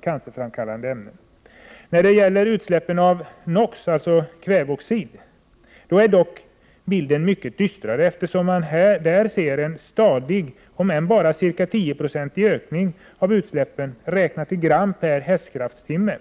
cancerframkallande — ”ämnen. När det gäller utsläppen av NO” — alltså kväveoxid — ”är dock bilden mycket dystrare eftersom man där ser en stadig, om än ”bara” cirka 10 2o-ig, ökning av utsläppen räknat i gram per hästkrafttimme.